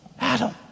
Adam